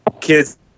kids